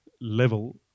level